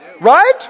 Right